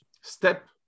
step